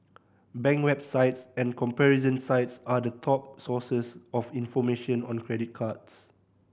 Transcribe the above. bank websites and comparison sites are the top sources of information on credit cards